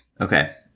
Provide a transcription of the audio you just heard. Okay